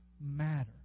matter